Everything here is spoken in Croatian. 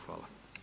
Hvala.